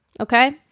Okay